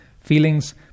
feelings